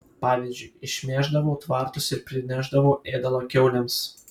pavyzdžiui išmėždavau tvartus ir prinešdavau ėdalo kiaulėms